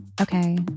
Okay